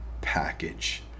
package